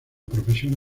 profesión